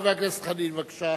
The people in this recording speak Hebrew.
חבר הכנסת חנין, בבקשה.